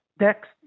next